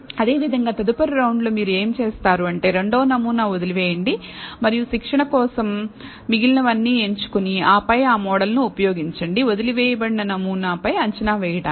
అదేవిధంగా తదుపరి రౌండ్లో మీరు ఏమి చేస్తారు అంటే రెండవ నమూనా వదిలివేయండి మరియు శిక్షణ కోసం మిగిలినవన్నీ ఎంచుకుని ఆపై ఆ మోడల్ ను ఉపయోగించండి వదిలివేయబడిన నమూనాపై అంచనా వేయడానికి